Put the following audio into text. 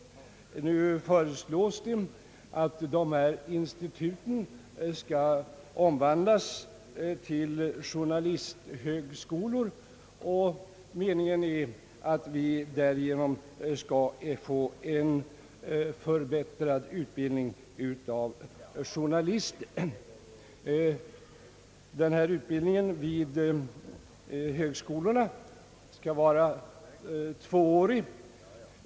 Nu föreslås att dessa institut skall omvandlas till journalisthögskolor. Meningen är att vi därigenom skall få förbättrad utbildning av journalister. Denna utbildning vid högskolorna skall vara tvåårig.